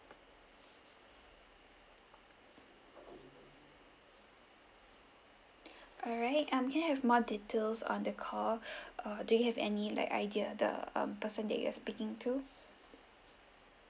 alright um can I have more details on the call uh do you have any idea the um person you are speaking to